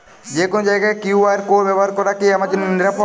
যে কোনো জায়গার কিউ.আর কোড ব্যবহার করা কি আমার জন্য নিরাপদ?